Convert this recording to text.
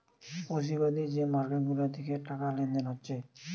পুঁজিবাদী যে মার্কেট গুলা থিকে টাকা লেনদেন হচ্ছে